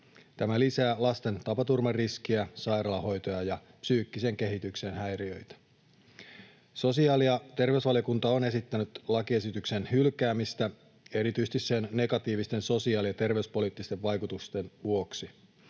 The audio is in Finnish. Tämä lisää lasten tapaturmariskiä, sairaalahoitoja ja psyykkisen kehityksen häiriöitä. Sosiaali- ja terveysvaliokunta on esittänyt lakiesityksen hylkäämistä erityisesti sen negatiivisten sosiaali- ja terveyspoliittisten vaikutusten vuoksi